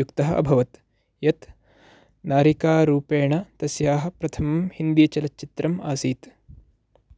युक्तः अभवत् यत् नायिकारूपेण तस्याः प्रथमं हिन्दीचलच्चित्रम् आसीत्